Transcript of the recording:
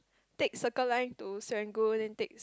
take Circle Line to Serangoon then take